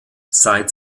seit